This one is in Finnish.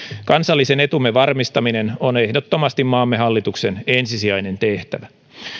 kansallisen etumme varmistaminen on ehdottomasti maamme hallituksen ensisijainen tehtävä